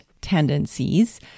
tendencies